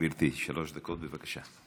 גברתי, שלוש דקות, בבקשה.